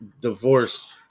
divorce